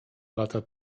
lata